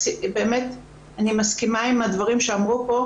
באמת אני מסכימה עם הדברים שאמרו פה,